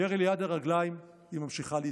ירי ליד הרגליים, היא ממשיכה להתקדם.